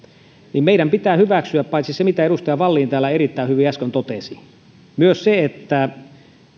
niin meidän pitää hyväksyä paitsi se mitä edustaja wallin täällä erittäin hyvin äsken totesi niin myös se että